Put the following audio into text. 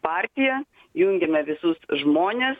partija jungiame visus žmones